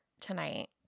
tonight